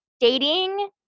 dating